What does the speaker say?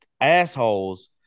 assholes